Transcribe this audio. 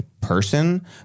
person